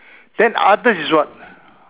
then others is what